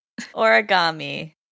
origami